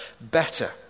better